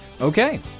Okay